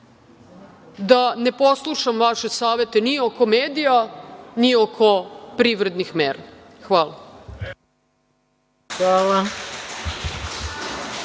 ne poslušam vaše savete ni oko medija, ni oko privrednih mera. Hvala.